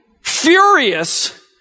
furious